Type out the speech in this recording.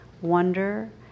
wonder